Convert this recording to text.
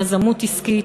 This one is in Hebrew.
יזמות עסקית.